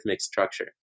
structure